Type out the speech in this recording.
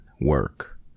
Work